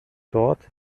dort